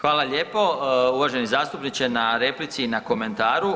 Hvala lijepo uvaženi zastupniče i na replici i na komentaru.